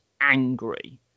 angry